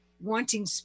wanting